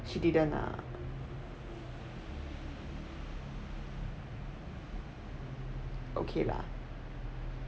she didn't ah okay lah